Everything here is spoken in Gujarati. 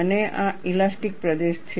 અને આ ઇલાસ્ટીક પ્રદેશ છે